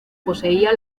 poseía